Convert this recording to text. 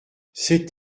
c’est